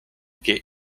che